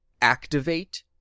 activate